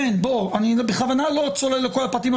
אני בכוונה לא צולל לכל הפרטים,